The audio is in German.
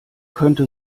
könnte